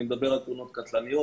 אני מדבר על תאונות קטלניות.